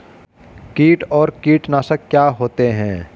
कीट और कीटनाशक क्या होते हैं?